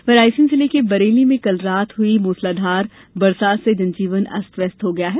वहीं रायसेन जिले के बरेली में कल रात हुई मूसलाधार बारिश से जनजीवन अस्त व्यस्त हो गया है